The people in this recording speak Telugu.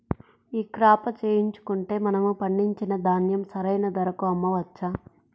ఈ క్రాప చేయించుకుంటే మనము పండించిన ధాన్యం సరైన ధరకు అమ్మవచ్చా?